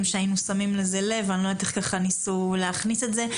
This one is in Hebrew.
שהיינו שמים לב לזה ואני לא יודעת איך ככה ניסו להכניס את זה.